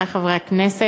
חברי חברי הכנסת,